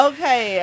Okay